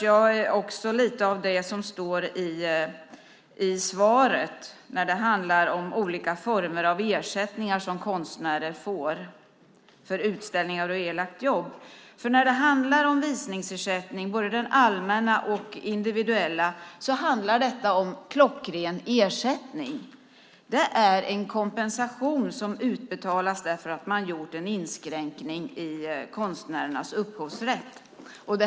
Jag störs lite av det som står i svaret om olika former av ersättningar som konstnärer får för utställningar och nedlagt jobb. När det handlar om visningsersättning, både den allmänna och den individuella, gäller det klockren ersättning. Det är en kompensation som utbetalas därför att man gjort en inskränkning i konstnärernas upphovsrätt.